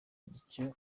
nicyo